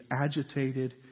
agitated